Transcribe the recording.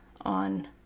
on